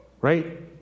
right